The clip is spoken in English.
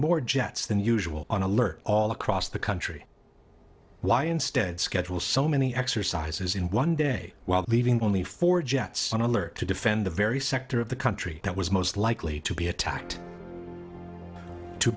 more jets than usual on alert all across the country why instead schedule so many exercises in one day while leaving only four jets on alert to defend the very sector of the country that was most likely to be attacked to